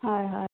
হয় হয়